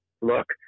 look